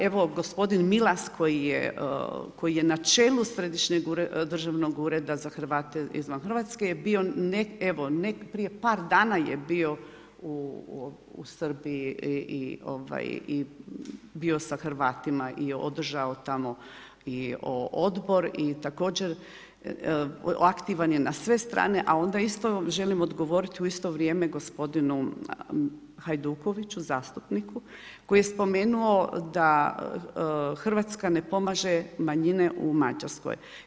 Evo, gospodin Milas koji je na čelu Središnjeg državnog ureda za Hrvate izvan RH je bio evo, prije par dana je bio u Srbiji i bio sa Hrvatima i održao tamo Odbor i također aktivan je na sve strane, a onda isto vam želim odgovoriti u isto vrijeme gospodinu Hajdukoviću, zastupniku koji je spomenuo da Hrvatska ne pomaže manjine u Mađarskoj.